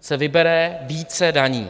se vybere více daní.